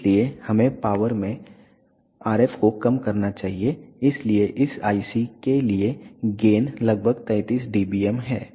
इसलिए हमें पावर में RF को कम करना चाहिए इसलिए इस IC के लिए गेन लगभग 33 dBm है